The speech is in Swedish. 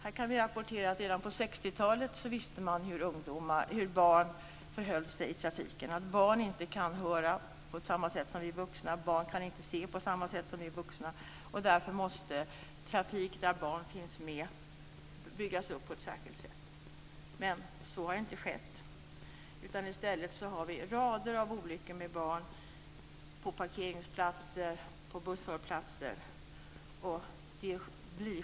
Vi kan rapportera att man redan på 60-talet visste hur barn förhöll sig i trafiken, att barn inte kan höra på samma sätt som vi vuxna och att barn inte kan se på samma sätt som vi vuxna. Därför måste trafik där barn finns med byggas upp på ett särskilt sätt, men så har inte skett. I stället har vi rader av olyckor med barn på parkeringsplatser och busshållplatser.